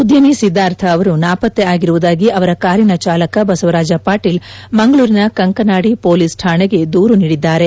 ಉದ್ಯಮಿ ಸಿದ್ದಾರ್ಥ ಅವರು ನಾಪತ್ತೆ ಆಗಿರುವುದಾಗಿ ಅವರ ಕಾರಿನ ಚಾಲಕ ಬಸವರಾಜ ಪಾಟೀಲ್ ಮಂಗಳೂರಿನ ಕಂಕನಾಡಿ ಪೊಲೀಸ್ ಠಾಣೆಗೆ ದೂರು ನೀಡಿದ್ದಾರೆ